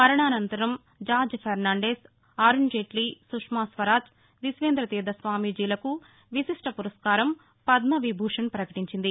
మరణానంతరం జార్జి ఫెర్నాందెస్ అరుణ్జెల్లీ సుష్మా స్వరాజ్ విశ్వేశ్వతీర్ణ స్వామీజీలకు విశిష్ఠ పురస్కారం పద్మవిభూషణ్ పకటించింది